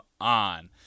on